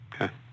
Okay